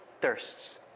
thirsts